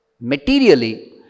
materially